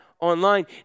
online